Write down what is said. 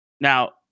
Now